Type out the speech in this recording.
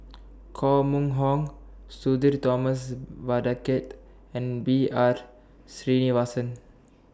Koh Mun Hong Sudhir Thomas Vadaketh and B R Sreenivasan